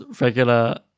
regular